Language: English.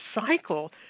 cycle